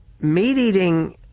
meat-eating